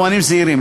ויבואנים זעירים.